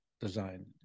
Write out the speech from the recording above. design